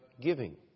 giving